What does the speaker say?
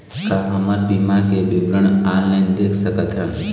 का हमर बीमा के विवरण ऑनलाइन देख सकथन?